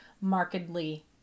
markedly